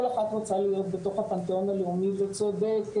אחת רוצה להיות בתוך הפנתאון הלאומי וצודקת,